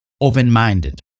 open-minded